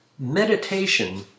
Meditation